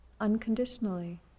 unconditionally